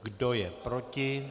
Kdo je proti?